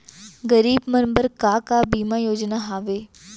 गरीब मन बर का का बीमा योजना हावे?